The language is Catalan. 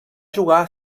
jugar